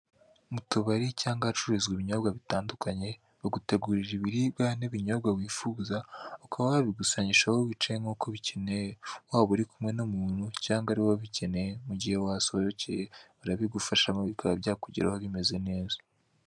Mutubari cyangwa se ahacururizwa ibinyobwa bitandukanye bagutegurira ibiribwa n'ibinyobwa bitandukanye, bakaba babigusangisha aho wicaye nk'uko ubikeneye, waba uri kumwe n'umuntu cyangwa ari wowe ubikeneye, barabiguha kandi bimezw neza.